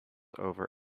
over